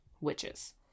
witches